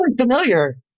familiar